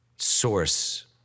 source